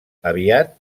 aviat